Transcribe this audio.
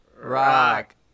Rock